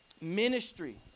Ministry